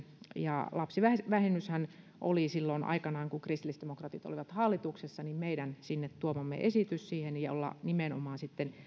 lapsivähennyshän oli silloin aikanaan kun kristillisdemokraatit olivat hallituksessa meidän sinne tuomamme esitys jolla nimenomaan